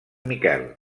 miquel